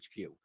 HQ